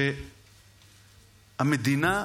שהמדינה,